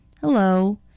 Hello